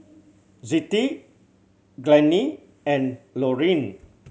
Zettie Glennie and Lorene